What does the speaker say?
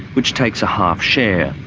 which takes a half share.